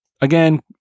again